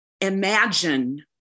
imagine